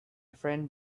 friend